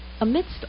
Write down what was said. amidst